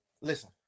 listen